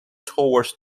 towards